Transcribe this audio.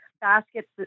Baskets